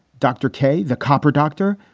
dr. kay, the copper, dr.